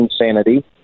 insanity